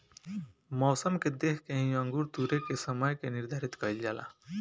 मौसम के देख के ही अंगूर तुरेके के समय के निर्धारित कईल जाला